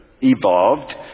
evolved